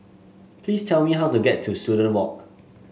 please tell me how to get to Student Walk